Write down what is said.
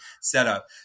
setup